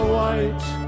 white